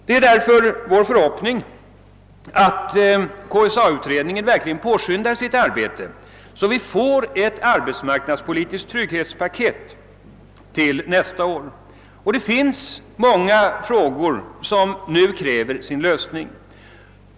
Det är därför vår förhoppning att KSA-utredningen verkligen skall påskynda sitt arbete, så att ett arbetsmarknadspolitiskt trygghetspaket kan läggas fram till nästa år. Det finns många frågor som nu kräver sin lösning.